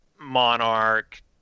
monarch